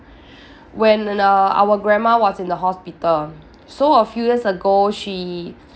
when err our grandma was in the hospital so a few years ago she